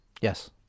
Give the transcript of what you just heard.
Yes